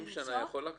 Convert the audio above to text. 60-50 שנה זה יכול לקחת?